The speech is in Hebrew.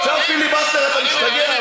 קצת פיליבסטר, אתה משתגע?